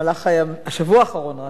במהלך השבוע האחרון על